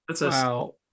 Wow